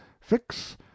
fix